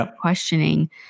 questioning